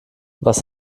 was